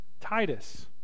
Titus